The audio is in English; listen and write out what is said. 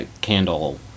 candle